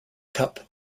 cup